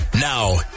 Now